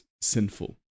sinful